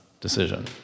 decision